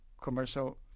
commercial